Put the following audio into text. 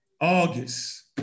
August